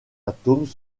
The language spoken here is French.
atomes